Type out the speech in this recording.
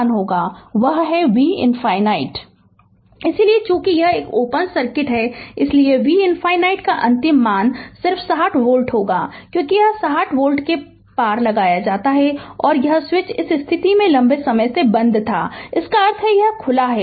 Refer Slide Time 2308 इसलिए चूंकि यह ओपन सर्किट है इसलिए V ∞ का अंतिम मान सिर्फ 60 वोल्ट होगा क्योंकि यह 60 वोल्ट के पार लगाया जाता है यह और स्विच इस स्थिति में लंबे समय से बंद था जिसका अर्थ है कि यह खुला है